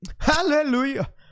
hallelujah